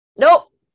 Nope